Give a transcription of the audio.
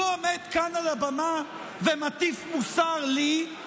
הוא עומד כאן על הבמה ומטיף מוסר לי,